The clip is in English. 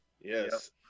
Yes